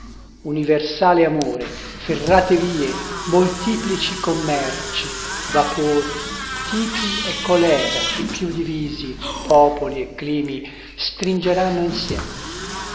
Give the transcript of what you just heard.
universale amore ferrate vie moltiplici commerci vapor tipi e choléra i più divisi popoli e climi stringeranno insieme